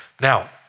Now